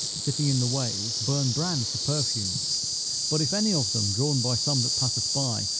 sitting in the ways, burn bran for perfume but, if any of them, drawn by some that passeth by,